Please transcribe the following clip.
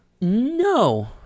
No